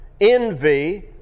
envy